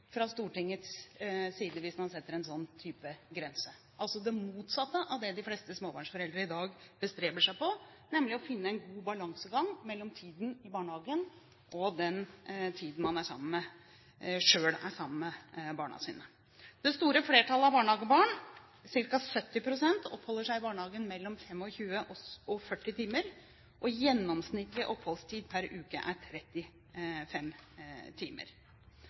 fra Stortingets side, hvis man setter en sånn type grense. Det er altså det motsatte av det de fleste småbarnsforeldre i dag bestreber seg på, nemlig å finne en god balansegang mellom tiden i barnehagen og den tiden man selv er sammen med barna sine. Det store flertallet av barnehagebarn, ca. 70 pst., oppholder seg i barnehagen mellom 25 og 40 timer, og gjennomsnittlig oppholdstid per uke er 35 timer.